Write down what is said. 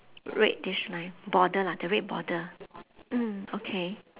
reddish line border lah the red border mm okay